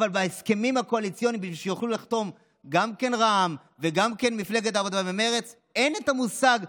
אבל העיקרון הוא זהה: זה ממש הכנסה מודעת של הממשלה,